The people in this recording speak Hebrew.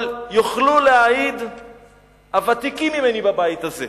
אבל יוכלו להעיד הוותיקים ממני בבית הזה: